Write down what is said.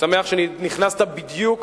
שמח שנכנסת בדיוק